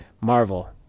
Marvel